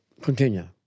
continue